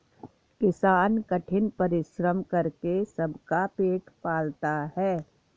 किसान कठिन परिश्रम करके सबका पेट पालता है